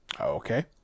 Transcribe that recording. Okay